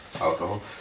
alcohol